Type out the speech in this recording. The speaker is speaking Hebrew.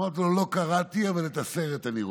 אמרתי לו: לא קראתי, אבל את הסרט אני רואה.